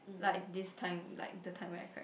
like this time like the time right side